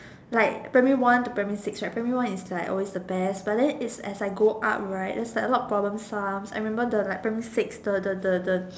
like primary one to primary six right primary one is like always the best but then is as I go up right there's like a lot of problem sums I remember the like primary six the the the the